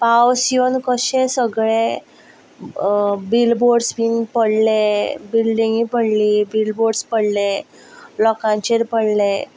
पावस येवन कशें सगळें बील बोर्डस बीन पडले बिल्डींग पडली बील बोर्डस पडले लोकांचेर पडले